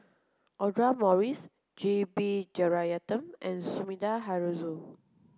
Audra Morrice G B Jeyaretnam and Sumida Haruzo